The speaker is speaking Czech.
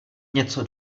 něco